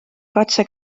katse